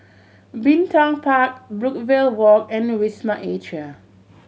Bin Tong Park Brookvale Walk and Wisma Atria